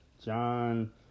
John